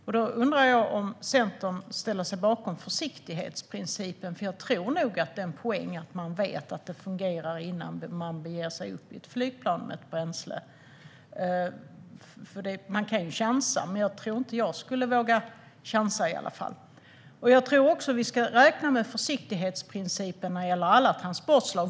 Jag undrar då om Centern ställer sig bakom försiktighetsprincipen, för jag tror nog att det är en poäng att man vet att det fungerar innan man ger sig upp i ett flygplan med ett bränsle. Man kan ju chansa, men jag tror inte att jag skulle våga göra det. Jag tror också att vi ska räkna med försiktighetsprincipen när det gäller alla transportslag.